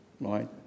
Right